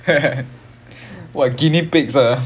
what guinea pigs ah